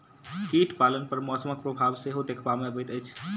कीट पालन पर मौसमक प्रभाव सेहो देखबा मे अबैत अछि